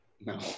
No